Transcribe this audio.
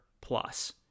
plus